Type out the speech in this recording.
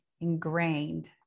ingrained